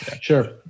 sure